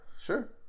sure